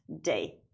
day